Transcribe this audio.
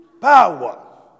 power